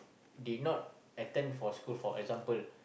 did not attend for school for example